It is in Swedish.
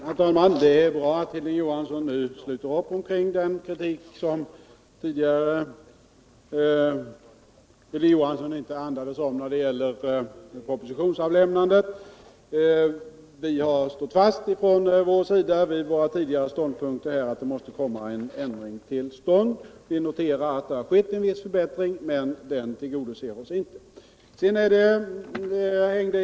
Herr talman! Det är bra att Hilding Johansson nu sluter upp kring den kritik som han tidigare inte andades om beträffande propositionsavlämnandet. Vi har från vår sida stått fast vid vår tidigare ståndpunkt att en ändring måste komma till stånd. Vi noterar att det skett en viss förbättring, men den tillgodoser inte vårt krav på den punkten.